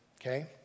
okay